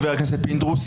חבר הכנסת פינדרוס,